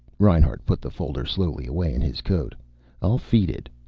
reinhart put the folder slowly away in his coat i'll feed it.